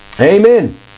Amen